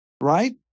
right